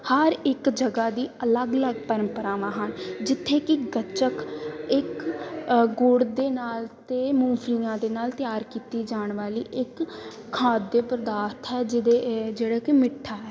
ਹਰ ਇੱਕ ਜਗ੍ਹਾ ਦੀ ਅਲੱਗ ਅਲੱਗ ਪਰੰਪਰਾਵਾਂ ਹਨ ਜਿੱਥੇ ਕਿ ਗੱਚਕ ਇੱਕ ਇੱਕ ਗੁੜ ਦੇ ਨਾਲ ਅਤੇ ਮੂੰਫਲੀਆਂ ਦੇ ਨਾਲ ਤਿਆਰ ਕੀਤੀ ਜਾਣ ਵਾਲੀ ਇੱਕ ਖਾਦਯ ਪਦਾਰਥ ਹੈ ਜਿਹਦੇ ਜਿਹੜਾ ਕਿ ਮਿੱਠਾ ਹੈ